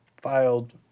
filed